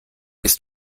bist